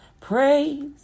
Praise